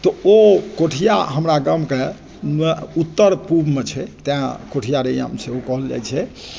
तऽ ओ कोठिया हमरा गामके उत्तर पूर्वमे छै तैँ कोठिया रैयाम सेहो कहल जाइत छै